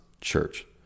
church